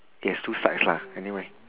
yes two sides lah anyway